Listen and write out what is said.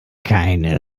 keine